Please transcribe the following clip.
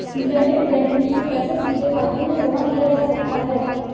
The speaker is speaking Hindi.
इंटरनेट बैंकिग से पैसा सीधे खाते में जमा किया जा सकता है